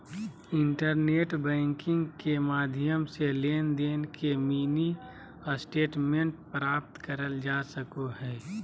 internet banking के माध्यम से लेनदेन के मिनी स्टेटमेंट प्राप्त करल जा सको हय